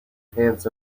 pants